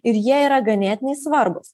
ir jie yra ganėtinai svarbūs